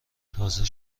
تازه